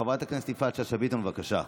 חברת הכנסת יפעת שאשא ביטון, בבקשה.